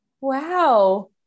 Wow